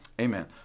amen